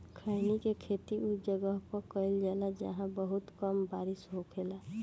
खईनी के खेती उ जगह पर कईल जाला जाहां बहुत कम बारिश होखेला